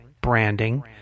branding